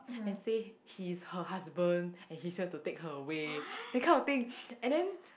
and say he is her husband and he's here to take her away that kind of thing and then